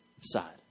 side